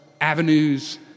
avenues